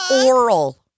oral